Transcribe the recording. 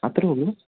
അത്രയേയുള്ളു